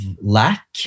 lack